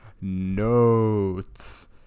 Notes